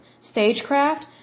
stagecraft